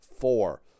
Four